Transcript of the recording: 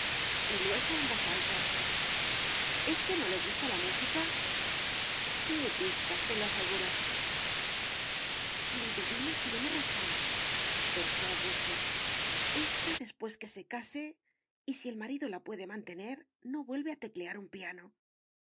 y luego en voz alta es que no le gusta la música ni pizca se lo aseguro liduvina tiene razónpensó augusto ésta después que se case y si el marido la puede mantener no vuelve a teclear un piano y